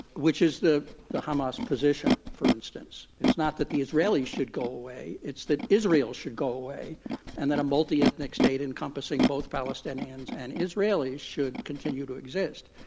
which is the the hamas position, for instance. it's not that the israelis should go away. it's that israel should go away and that a multi-ethnic state encompassing both palestinians and israelis should continue to exist.